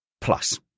plus